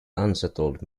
unsettled